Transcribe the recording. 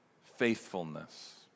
faithfulness